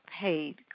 paid